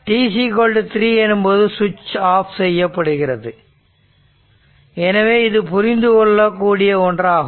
t3 எனும்போது சுவிட்ச் off செய்யப்படுகிறது எனவே இது புரிந்து கொள்ள கூடிய ஒன்றாகும்